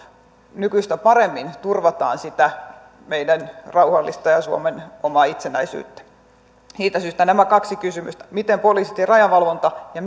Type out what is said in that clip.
nykyistä paremmin turvataan sitä meidän rauhallista ja suomen omaa itsenäisyyttä siitä syytä nämä kaksi kysymystä miten poliisit ja rajavalvonta ja